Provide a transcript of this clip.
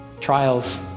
trials